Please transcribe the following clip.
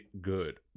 good